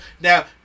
now